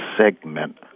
segment